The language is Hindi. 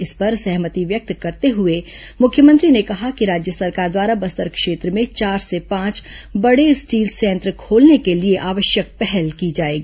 इस पर सहमति व्यक्त करते हुए मुख्यमंत्री ने कहा कि राज्य सरकार द्वारा बस्तर क्षेत्र में चार से पांच बड़े स्टील संयंत्र खोलने को लिए आवश्यक पहल की जाएगी